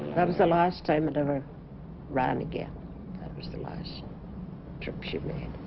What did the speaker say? that was the last time it ever run again that was the last trip shit man